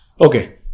Okay